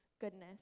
goodness